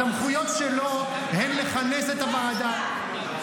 הסמכויות שלו הן לכנס את הוועדה.